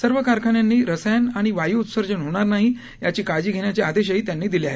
सर्व कारखान्यांनी रसायन आणि वायू उत्सर्जन होणार नाही याची काळजी घेण्याचे आदेशही त्यांनी दिले आहेत